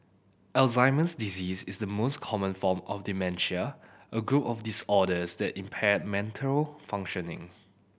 Alzheimer's disease is the most common form of dementia a group of disorders that impair mental functioning